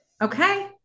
Okay